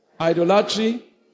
idolatry